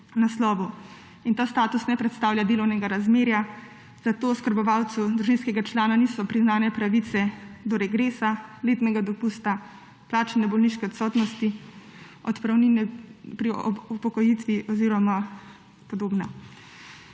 naslovu. In ta status ne predstavlja delovnega razmerja, zato oskrbovalcu družinskega člana niso priznane pravice do regresa, letnega dopusta, plačane bolniške odsotnosti, odpravnine ob upokojitvi oziroma podobno.